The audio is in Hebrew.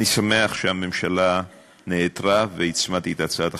אני שמח שהממשלה נעתרה, והצמדתי את הצעת החוק.